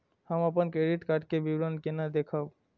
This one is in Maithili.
हम अपन क्रेडिट कार्ड के विवरण केना देखब?